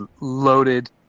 loaded